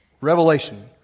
Revelation